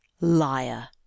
Liar